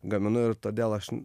gaminu ir todėl aš